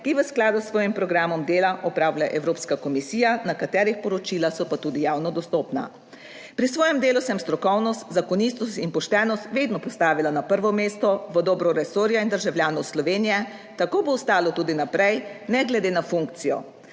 jih v skladu s svojim programom dela opravlja Evropska komisija, katerih poročila so pa tudi javno dostopna. Pri svojem delu sem strokovnost, zakonitost in poštenost vedno postavila na prvo mesto v dobro resorja in državljanov Slovenije. Tako bo ostalo tudi naprej, ne glede na funkcijo.